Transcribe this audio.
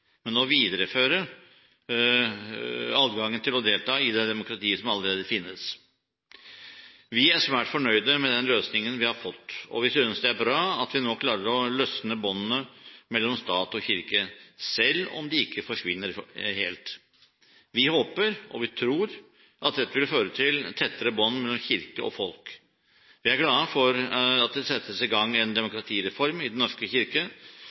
men om å videreføre adgangen til å delta i det demokratiet som allerede finnes. Vi er svært fornøyd med den løsningen vi har fått, og synes det er bra at vi nå klarer å løsne båndene mellom stat og kirke, selv om de ikke forsvinner helt. Vi håper – og vi tror – at dette vil føre til tettere bånd mellom kirke og folk. Vi er glad for at det settes i gang en demokratireform, som Den norske kirke